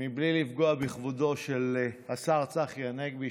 בלי לפגוע בכבודו של השר צחי הנגבי,